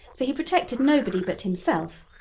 for he protected nobody but himself.